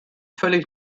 völlig